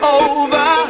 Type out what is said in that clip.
over